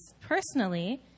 personally